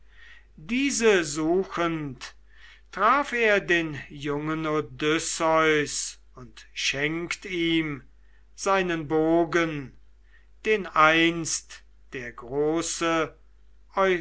diese suchend traf er den jungen odysseus und schenkt ihm seinen bogen den einst der große